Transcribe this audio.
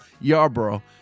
Yarborough